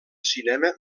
cinema